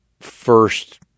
first